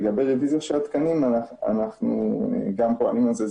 לגבי רביזיה של התקנים, אנחנו גם פועלים על זה.